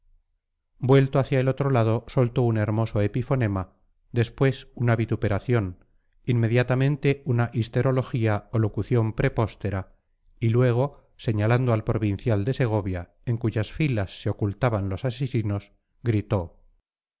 vuelto hacia el otro lado soltó un hermoso epifonema después una vituperación inmediatamente una histerología o locución prepóstera y luego señalando al provincial de segovia en cuyas filas se ocultaban los asesinos gritó